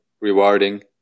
rewarding